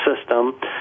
system